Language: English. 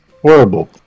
Horrible